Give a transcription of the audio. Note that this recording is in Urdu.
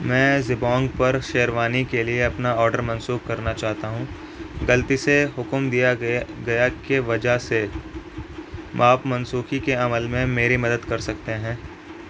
میں جبونگ پر شیروانی کے لیے اپنا آرڈر منسوخ کرنا چاہتا ہوں غلطی سے حکم دیا گیا گیا کے وجہ سے آپ منسوخی کے عمل میں میری مدد کر سکتے ہیں